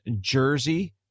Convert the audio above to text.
jersey